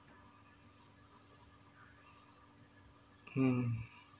mm